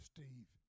Steve